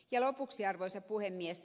ja lopuksi arvoisa puhemies